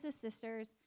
sisters